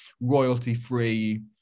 royalty-free